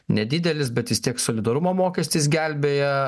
nedidelis bet vis tiek solidarumo mokestis gelbėja